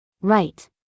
Right